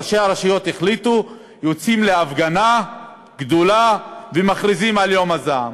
ראשי הרשויות החליטו: יוצאים להפגנה גדולה ומכריזים על יום הזעם.